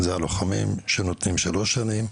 אלה הלוחמים שנותנים שלוש שנים.